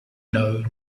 know